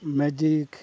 magic